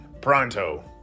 Pronto